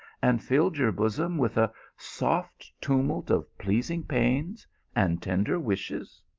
and filled your bosom with a soft tumult of pleasing pains and ten der wishes?